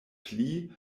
pli